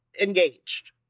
engaged